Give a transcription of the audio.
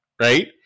Right